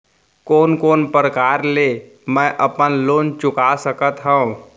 कोन कोन प्रकार ले मैं अपन लोन चुका सकत हँव?